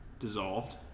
Dissolved